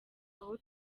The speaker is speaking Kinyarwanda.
aho